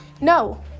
no